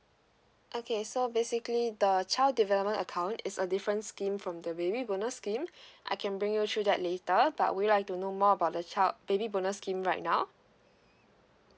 okay so basically the child development account is a different scheme from the baby bonus scheme I can bring you through that later but would you like to know more about the child baby bonus scheme right now